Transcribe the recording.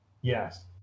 Yes